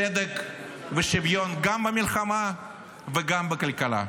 צדק ושוויון גם במלחמה וגם בכלכלה.